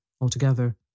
altogether